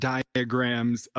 Diagrams